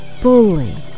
fully